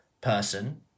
person